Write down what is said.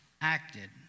acted